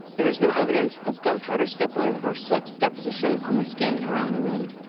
there is no evidence of gunpowder stippling or soot deposition on the skin around the wound.